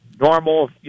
normal